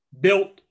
built